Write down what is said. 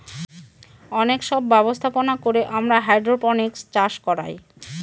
অনেক সব ব্যবস্থাপনা করে আমরা হাইড্রোপনিক্স চাষ করায়